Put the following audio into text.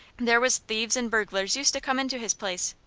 there was thieves and burglars used to come into his place.